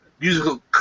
musical